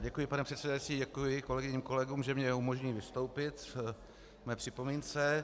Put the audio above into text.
Děkuji, pane předsedající, děkuji i kolegyním a kolegům, že mně umožní vystoupit k mé připomínce.